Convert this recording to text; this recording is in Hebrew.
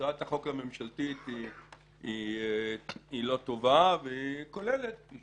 הצעת החוק הממשלתית היא לא טובה, והיא כוללת כפי